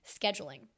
scheduling